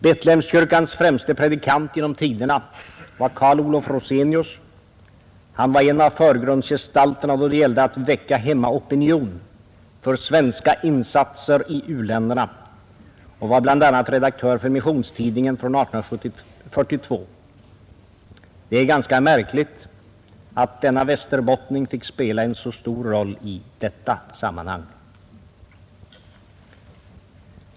Betlehemskyrkans främste predikant genom tiderna var Carl Olof Rosenius. Han var en av förgrundsgestalterna då det gällde att väcka hemmaopinionen för svenska insatser i u-länderna och var bl.a. redaktör för Missionstidningen från 1842. Det är ganska märkligt att denna västerbottning fick spela en så stor roll i detta sammanhang.